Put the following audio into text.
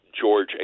George